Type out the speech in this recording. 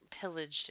pillaged